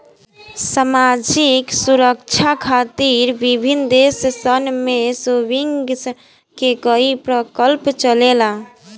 सामाजिक सुरक्षा खातिर विभिन्न देश सन में सेविंग्स के ई प्रकल्प चलेला